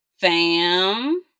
fam